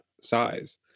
size